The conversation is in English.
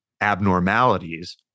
abnormalities